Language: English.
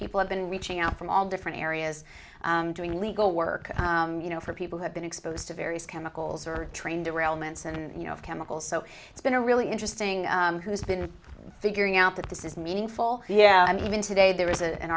people have been reaching out from all different areas doing legal work you know for people who have been exposed to various chemicals or train derailments and you know chemicals so it's been a really interesting who's been figuring out that this is meaningful yeah i mean even today there was an a